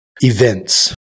events